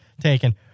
taken